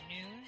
news